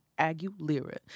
Aguilera